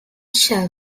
shall